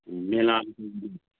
ꯃꯦꯂꯥꯒꯨꯝꯕꯗꯤ